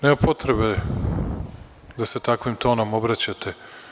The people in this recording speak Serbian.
Nema potrebe da se takvim tonom obraćate.